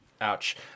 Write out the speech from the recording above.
Ouch